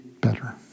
better